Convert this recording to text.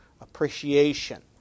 appreciation